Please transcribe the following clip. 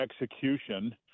execution